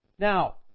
Now